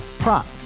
Prop